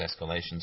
escalations